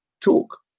talk